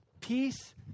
peace